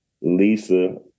Lisa